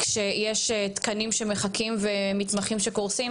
כשיש תקנים שמחכים ומתמחים שקורסים?